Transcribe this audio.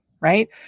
right